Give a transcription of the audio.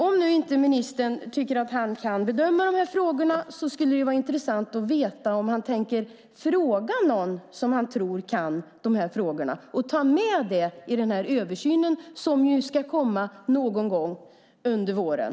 Om nu inte ministern tycker att han kan bedöma dessa frågor skulle det vara intressant att veta om han tänker fråga någon som han tror kan frågorna och ta med det i den översyn som ska komma någon gång under våren.